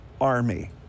army